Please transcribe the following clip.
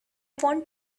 want